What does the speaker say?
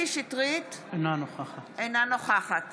אינה נוכחת